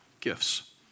gifts